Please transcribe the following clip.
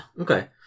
okay